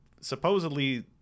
supposedly